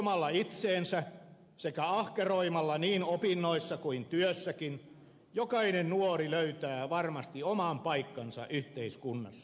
uskomalla itseensä sekä ahkeroimalla niin opinnoissa kuin työssäkin jokainen nuori löytää varmasti oman paikkansa yhteiskunnassa